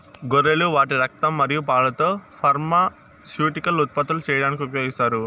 గొర్రెలు వాటి రక్తం మరియు పాలతో ఫార్మాస్యూటికల్స్ ఉత్పత్తులు చేయడానికి ఉపయోగిస్తారు